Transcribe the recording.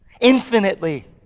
infinitely